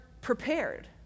prepared